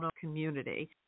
Community